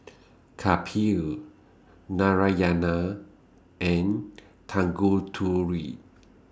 Kapil Narayana and Tanguturi